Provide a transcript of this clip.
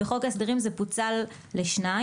בחוק ההסדרים זה פוצל לשתיים,